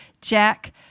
Jack